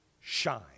shine